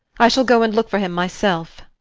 i shall go and look for him myself.